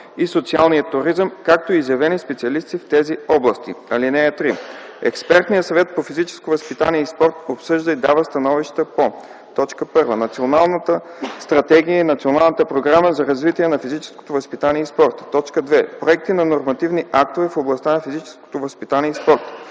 и социалния туризъм, както и изявени специалисти в тези области. (3) Експертният съвет по физическо възпитание и спорт обсъжда и дава становища по: 1. Националната стратегия и Националната програма за развитие на физическото възпитание и спорта; 2. проекти на нормативни актове в областта на физическото възпитание и спорта;